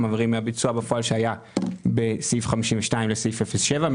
מעבירים מהביצוע בפועל שהיה בסעיף 52 לסעיף 07,